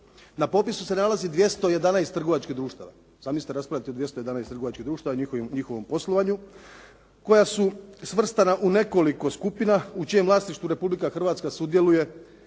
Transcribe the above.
Na popisu se nalazi 211 trgovačkih društava, zamislite da raspravljate o 211 trgovačkih društava i njihovom poslovanju, koja su svrstana u nekoliko skupina u čijem vlasništvu Republika Hrvatska sudjeluje